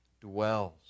dwells